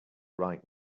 right